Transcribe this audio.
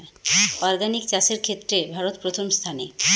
organic চাষের ক্ষেত্রে ভারত প্রথম স্থানে